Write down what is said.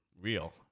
real